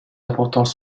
importants